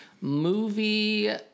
Movie